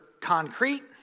concrete